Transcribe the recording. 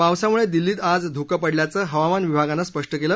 पावसामुळे दिल्लीत आज ध्कं पडल्याचं हवामान विभागानं स्पष्ट केलं